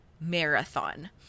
marathon